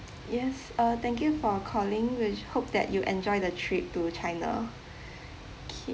yes uh thank you for calling we hope that you enjoy the trip to china okay